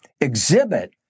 exhibit